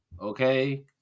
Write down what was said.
Okay